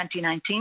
2019